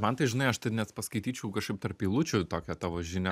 man tai žinai aš tai net paskaityčiau kažkaip tarp eilučių tokią tavo žinią